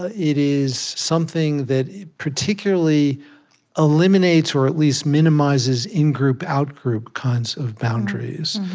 ah it is something that particularly eliminates, or at least minimizes, in-group, out-group kinds of boundaries.